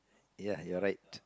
ya you're right